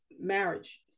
marriage